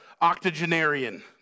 octogenarian